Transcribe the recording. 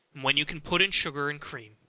when you can put in sugar and cream.